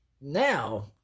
Now